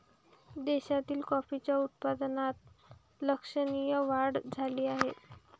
देशातील कॉफीच्या उत्पादनात लक्षणीय वाढ झाला आहे